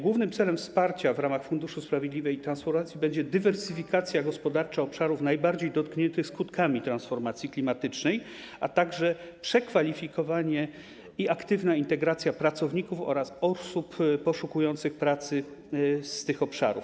Głównym celem wsparcia w ramach Funduszu na rzecz Sprawiedliwej Transformacji będzie dywersyfikacja gospodarcza obszarów najbardziej dotkniętych skutkami transformacji klimatycznej, a także przekwalifikowanie i aktywna integracja pracowników oraz osób poszukujących pracy z tych obszarów.